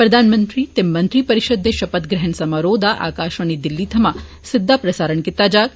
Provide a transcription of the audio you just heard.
प्रधानमंत्री ते मंत्री परिशद दे षपथ ग्रहण समारोह दा आकषवाणी दिल्ली सवां सिद्दा प्रसारण कीता जाग